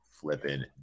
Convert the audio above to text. flipping